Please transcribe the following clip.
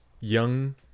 young